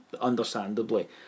understandably